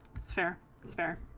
spare spare